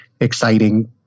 exciting